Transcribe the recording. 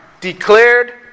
declared